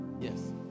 Yes